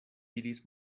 diris